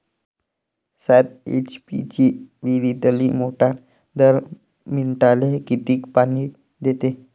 सात एच.पी ची विहिरीतली मोटार दर मिनटाले किती पानी देते?